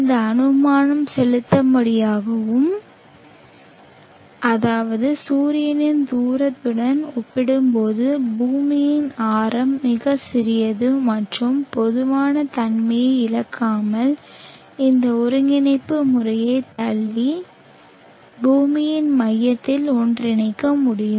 இந்த அனுமானம் செல்லுபடியாகும் அதாவது சூரியனின் தூரத்துடன் ஒப்பிடும்போது பூமியின் ஆரம் மிகச் சிறியது மற்றும் பொதுவான தன்மையை இழக்காமல் இந்த ஒருங்கிணைப்பு முறையைத் தள்ளி பூமியின் மையத்தில் ஒன்றிணைக்க முடியும்